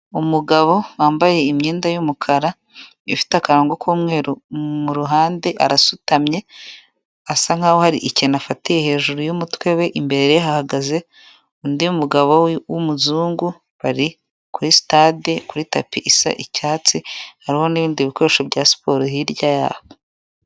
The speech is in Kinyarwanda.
Umugabo wambaye imyenda y'umukara, ifite akarongo k'umweru mu ruhande, arasutamye, asa nkaho hari ikintu afatiye hejuru y'umutwe we, imbere ye hahagaze undi mugabo w'umuzungu, bari kuri sitade, kuri tapi isa icyatsi, hariho n'ibindi bikoresho bya siporo hirya yaho.